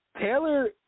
Taylor